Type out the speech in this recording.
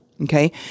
Okay